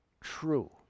true